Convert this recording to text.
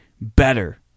better